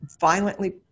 violently